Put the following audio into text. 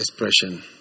expression